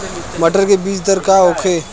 मटर के बीज दर का होखे?